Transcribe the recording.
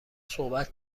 صحبت